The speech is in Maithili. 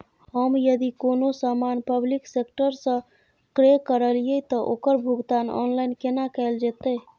हम यदि कोनो सामान पब्लिक सेक्टर सं क्रय करलिए त ओकर भुगतान ऑनलाइन केना कैल जेतै?